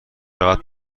راحت